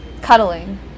Cuddling